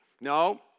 No